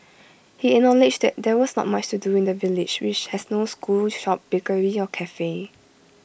he acknowledged there was not much to do in the village which has no school shop bakery or Cafe